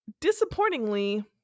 disappointingly